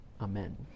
amen